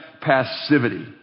passivity